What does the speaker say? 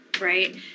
right